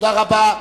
תודה רבה.